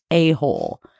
a-hole